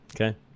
Okay